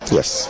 yes